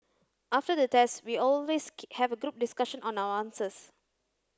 after the test we always have a group discussion on our answers